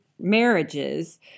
marriages